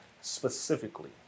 specifically